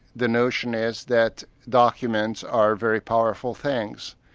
the notion is that documents are very powerful things.